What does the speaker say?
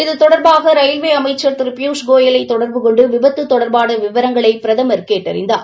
இது தொடர்பாக ரயில்வே அமைச்ச் திரு பியூஷ்கோயலை தொடர்பு கொண்டு விபத்து தொடர்பாள விவரங்களை பிரதமர் கேட்டறிந்தார்